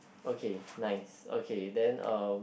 okay nice okay then um